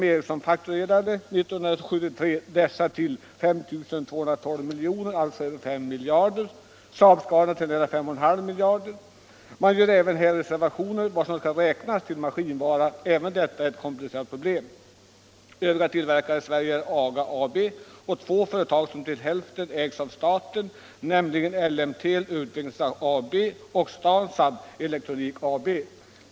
ÅL M Ericsson fakturerade 1973 sådana för 5 212 milj.kr., alltså över 5 miljarder. För SAAB-Scanias del var siffran nära 5,5 miljarder. Man gör därvid reservationer för vad som skall räknas som maskinvara. Även detta är ett komplicerat problem. Övriga tillverkare i Sverige är AGA AB och två företag som till hälften ägs av staten, nämligen Ellemtel :-Utvecklings AB och Stansaab Elektronik AB.